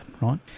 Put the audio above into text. right